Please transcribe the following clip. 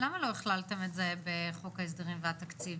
למה לא הכללתם את זה בחוק ההסדרים והתקציב?